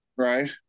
Right